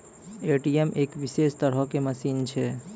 ATM एक विशेष तरहो के मशीन छै